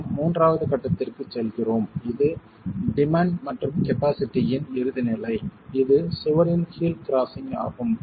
நாம் மூன்றாவது கட்டத்திற்கு செல்கிறோம் இது டிமாண்ட் மற்றும் கபாஸிட்டி இன் இறுதி நிலை இது சுவரின் ஹீல் கிரஸ்ஸிங் ஆகும்